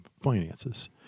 finances